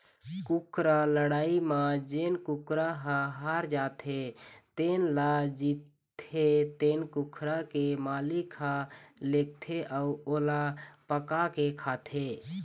कुकरा लड़ई म जेन कुकरा ह हार जाथे तेन ल जीतथे तेन कुकरा के मालिक ह लेगथे अउ ओला पकाके खाथे